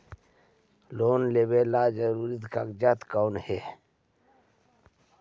Loan लेब ला जरूरी कागजात कोन है?